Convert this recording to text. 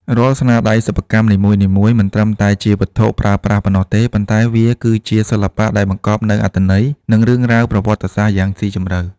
រាល់ស្នាដៃសិប្បកម្មនីមួយៗមិនត្រឹមតែជាវត្ថុប្រើប្រាស់ប៉ុណ្ណោះទេ ប៉ុន្តែវាគឺជាសិល្បៈដែលបង្កប់នូវអត្ថន័យ និងរឿងរ៉ាវប្រវត្តិសាស្ត្រយ៉ាងស៊ីជម្រៅ។